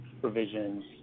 provisions